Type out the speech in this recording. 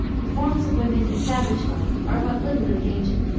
the forms of women, in savage life, are but little engaging.